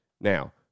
Now